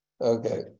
Okay